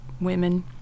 women